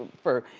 for.